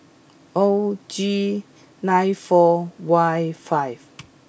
O G nine four Y five